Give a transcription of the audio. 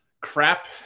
crap